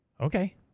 Okay